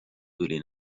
tuli